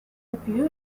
appear